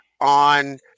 on